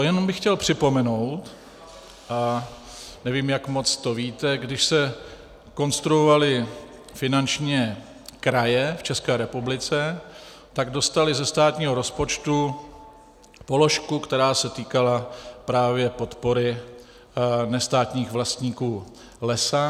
Jenom bych chtěl připomenout, nevím, jak moc to víte, když se konstruovaly finančně kraje v České republice, tak dostaly ze státního rozpočtu položku, která se týkala právě podpory nestátních vlastníků lesa.